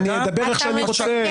אני אדבר איך שאני רוצה.